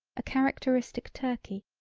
a characteristic turkey.